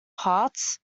parts